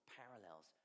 parallels